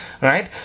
Right